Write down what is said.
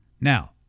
Now